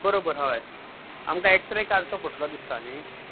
बरोबर हय आमकां एक्स्रे काडचो पडटलो दिसता न्ही